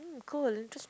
mm cold just